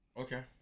Okay